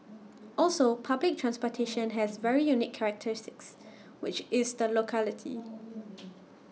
also public transportation has very unique characteristics which is the locality